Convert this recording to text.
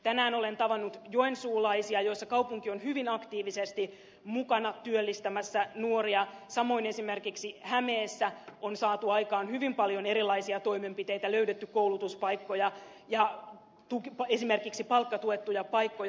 tänään olen tavannut joensuulaisia ja joensuussa kaupunki on hyvin aktiivisesti mukana työllistämässä nuoria samoin esimerkiksi hämeessä on saatu aikaan hyvin paljon erilaisia toimenpiteitä löydetty koulutuspaikkoja ja esimerkiksi palkkatuettuja paikkoja